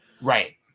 Right